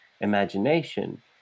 imagination